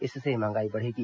इससे महंगाई बढ़ेगी